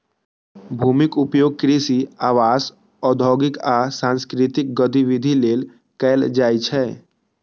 भूमिक उपयोग कृषि, आवास, औद्योगिक आ सांस्कृतिक गतिविधि लेल कैल जाइ छै